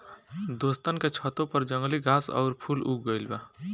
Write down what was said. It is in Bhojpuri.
दोस्तन के छतों पर जंगली घास आउर फूल उग गइल बा